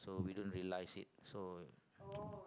so we don't realise it so